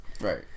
Right